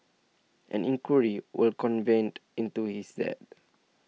an inquiry will convened into his death